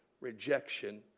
rejection